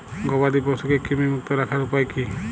গবাদি পশুকে কৃমিমুক্ত রাখার উপায় কী?